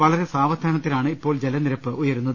വളരെ സാവധാന ത്തിലാണ് ഇപ്പോൾ ജലനിരപ്പുയരുന്നത്